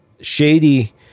shady